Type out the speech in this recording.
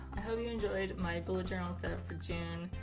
i hope you enjoyed my bullet journal set up for june.